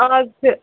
آز چھِ